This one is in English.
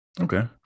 Okay